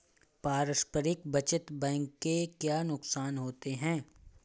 पारस्परिक बचत बैंक के क्या नुकसान होते हैं?